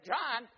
John